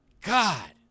God